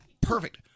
Perfect